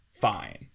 fine